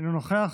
אינו נוכח,